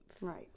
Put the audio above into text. Right